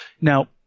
Now